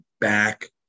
back